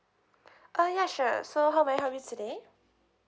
uh ya sure so how may I help you today